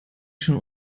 schon